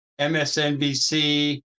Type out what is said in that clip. MSNBC